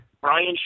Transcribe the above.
Brian